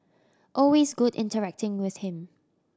always good interacting with him